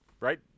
right